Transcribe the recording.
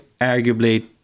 arguably